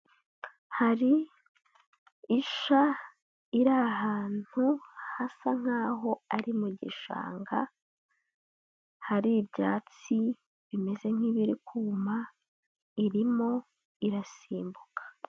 Hari isha iri ahantu hasa nk'aho ari mu gishanga, hari ibyatsi bimeze nk'ibibiri kuma, irimo irasimbuka.